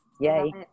yay